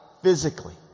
physically